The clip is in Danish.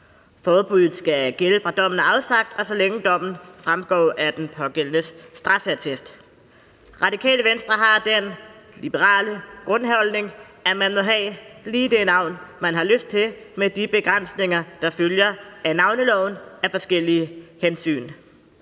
Forbuddet skal gælde, fra dommen er afsagt, og så længe dommen fremgår af den pågældendes straffeattest. Radikale Venstre har den liberale grundholdning, at man må have lige det navn, man har lyst til, med de begrænsninger, der følger af navneloven – af forskellige hensyn.